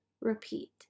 repeat